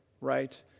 right